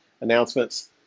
announcements